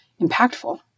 impactful